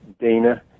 Dana